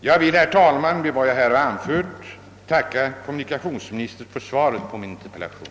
Jag vill, herr talman, efter vad jag anfört tacka kommunikationsministern för svaret på min interpellation.